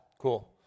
Cool